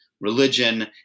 religion